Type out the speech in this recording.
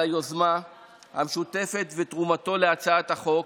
על היוזמה המשותפת ותרומתו להצעת החוק,